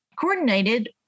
coordinated